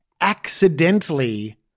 accidentally